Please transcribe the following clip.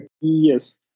Yes